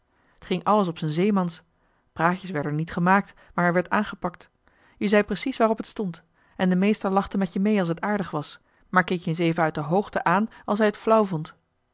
t ging alles op z'n zeemans praatjes werden er niet gemaakt maar er werd aangepakt je zei precies waarop het stond en de meester lachte met je mee als t aardig was maar keek je eens even uit de hoogte aan als hij t flauw vond